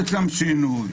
האלה,